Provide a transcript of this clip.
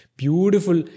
beautiful